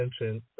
attention